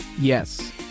Yes